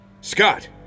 Scott